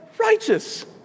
Righteous